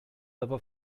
ever